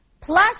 Plus